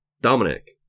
Dominic